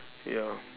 ya